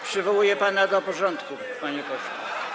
Przywołuję pana do porządku, panie pośle.